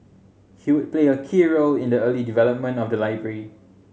he would play a key role in the early development of the library